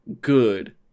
good